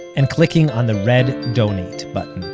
and clicking on the red donate button.